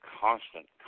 constant